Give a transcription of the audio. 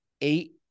eight